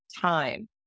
time